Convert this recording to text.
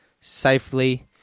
safely